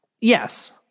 Yes